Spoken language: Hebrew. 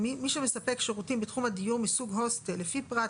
(א1)מי שמספק שירותים בתחום הדיור מסוג הוסטל לפי פרט